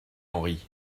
henri